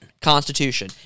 constitution